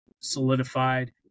solidified